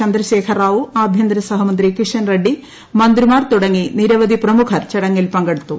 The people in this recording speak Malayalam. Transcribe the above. ചന്ദ്രശേഖർറാവു ആഭ്യന്തരസഹമന്ത്രി കിഷൻ റെഡി മന്ത്രിമാർ തുടങ്ങി നിരവധി പ്രമുഖർ ചടങ്ങിൽ പങ്കെടുത്തു